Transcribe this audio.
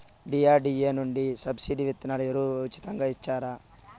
DRDA నుండి subsidy విత్తనాలు ఎరువులు ఉచితంగా ఇచ్చారా?